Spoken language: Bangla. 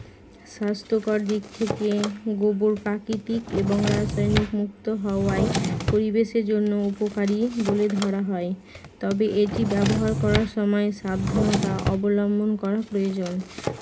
স্বাস্থ্যকর দিক থেকে গোবর প্রাকৃতিক এবং রাসায়নিক মুক্ত হওয়ায় পরিবেশের জন্য উপকারী বলে ধরা হয় তবে এটি ব্যবহার করার সময় সাবধানতা অবলম্বন করা প্রয়োজন